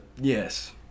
Yes